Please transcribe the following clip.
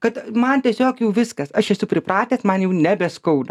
kad man tiesiog jau viskas aš esu pripratęs man jau nebeskauda